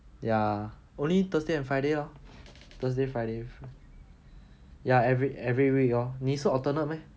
ya only thursday and friday lor thursday friday ya every week every week lor 你是 alternate meh